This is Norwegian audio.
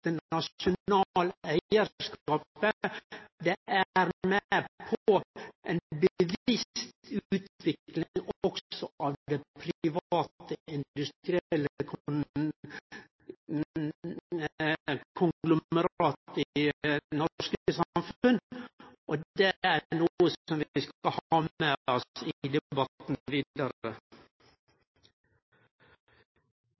den statlege, bevisste, nasjonale eigarskapen er med på ei bevisst utvikling òg av det private industrielle konglomeratet i det norske samfunnet, og det er noko som vi skal ha med oss i debatten vidare.